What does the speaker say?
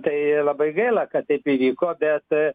tai labai gaila kad taip įvyko bet